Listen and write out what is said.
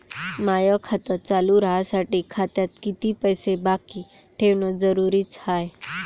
माय खातं चालू राहासाठी खात्यात कितीक पैसे बाकी ठेवणं जरुरीच हाय?